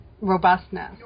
robustness